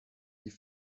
die